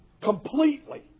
completely